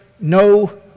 no